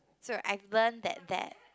so I learnt that that